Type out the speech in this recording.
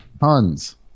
Tons